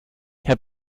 herr